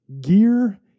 gear